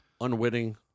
unwitting